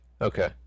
Okay